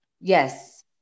Yes